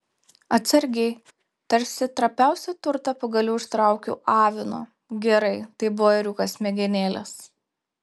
atsargiai tarsi trapiausią turtą pagaliau ištraukiau avino gerai tai buvo ėriukas smegenėles